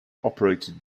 operated